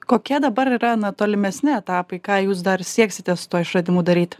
kokie dabar yra na tolimesni etapai ką jūs dar sieksite tuo išradimu daryti